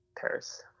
Paris